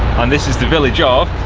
and this is the village ah of?